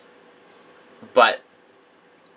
but